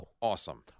Awesome